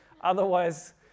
otherwise